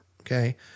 Okay